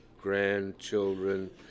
grandchildren